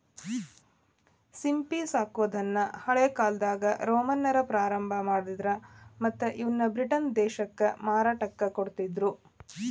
ಸಿಂಪಿ ಸಾಕೋದನ್ನ ಹಳೇಕಾಲ್ದಾಗ ರೋಮನ್ನರ ಪ್ರಾರಂಭ ಮಾಡಿದ್ರ ಮತ್ತ್ ಇವನ್ನ ಬ್ರಿಟನ್ ದೇಶಕ್ಕ ಮಾರಾಟಕ್ಕ ಕೊಡ್ತಿದ್ರು